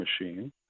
machine